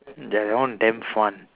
ya that one damn fun